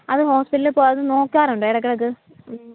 അത് ഹോസ്പിറ്റലിൽ പോവാതെ നോക്കാറുണ്ടോ ഇടയ്ക്കിടയ്ക്ക്